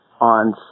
on